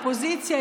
ופוזיציה,